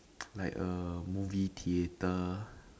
like a movie theatre